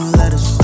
letters